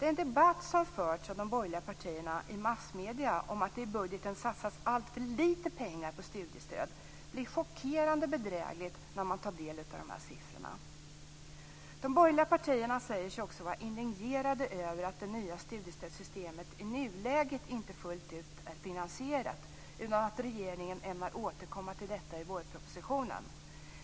Den debatt som förts av de borgerliga partierna i massmedierna om att det i budgeten satsas alltför lite pengar på studiestöd blir chockerande bedräglig när man tar del av dessa siffror.